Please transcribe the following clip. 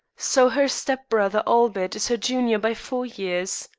so her step-brother albert is her junior by four years.